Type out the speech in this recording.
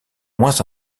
moins